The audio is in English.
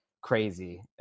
crazy